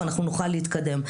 ואנחנו נוכל להתקדם.